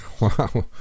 Wow